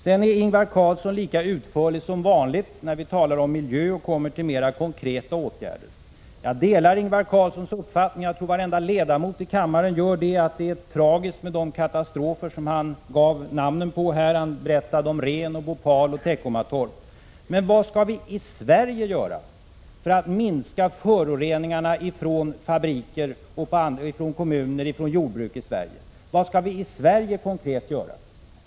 Sedan är Ingvar Carlsson lika utförlig som vanligt när vi talar om miljön och kommer fram till mer konkreta åtgärder. Jag delar Ingvar Carlssons uppfattning, och jag tror att varenda ledamot i kammaren gör det, nämligen att de katastrofer som han namngav — Rhen, Bhopal och Teckomatorp — är tragiska. Men vad skall vi i Sverige konkret göra för att minska föroreningarna från fabriker, kommuner och jordbruk i Sverige?